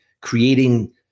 creating